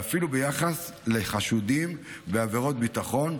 ואפילו ביחס לחשודים בעבירות ביטחון,